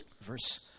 verse